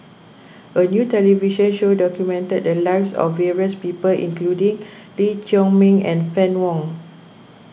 a new television show documented the lives of various people including Lee Chiaw Meng and Fann Wong